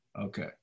okay